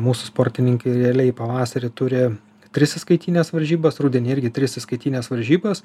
mūsų sportininkai realiai pavasarį turi tris įskaitines varžybas rudenį irgi tris įskaitines varžybas